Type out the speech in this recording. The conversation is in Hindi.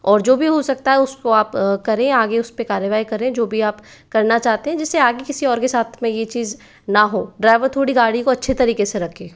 और जो भी हो सकता है उसको आप करें आगे उसपे कार्यवाही करें जो भी आप करना चाहते हैं जिससे आगे किसी और के साथ में ये चीज ना हो ड्राइवर थोड़ी गाड़ी को अच्छे तरीके से रखे